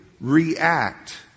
react